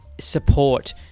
support